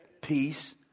Peace